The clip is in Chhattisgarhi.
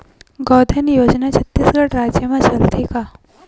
गौधन योजना छत्तीसगढ़ राज्य मा चलथे का?